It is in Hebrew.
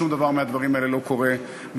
שום דבר מהדברים האלה לא קורה בבת-אחת.